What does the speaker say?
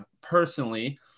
personally